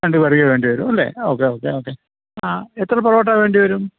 രണ്ട് പേർക്കേ വേണ്ടി വരൂ അല്ലേ ഓക്കെ ഓക്കെ ഓക്കെ ആ എത്ര പൊറോട്ട വേണ്ടി വരും